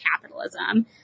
capitalism